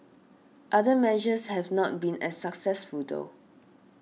other measures have not been as successful though